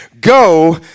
go